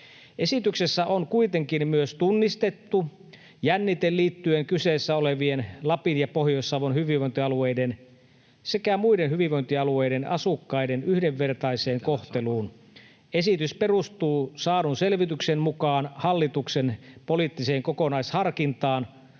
Esityksessä on kuitenkin myös tunnistettu jännite liittyen kyseessä olevien Lapin ja Pohjois-Savon hyvinvointialueiden sekä muiden hyvinvointialueiden asukkaiden yhdenvertaiseen kohteluun. Esitys perustuu saadun selvityksen mukaan hallituksen poliittiseen kokonaisharkintaan